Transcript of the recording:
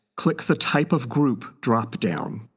click the type of group dropdown.